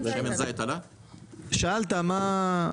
שאמר "מה,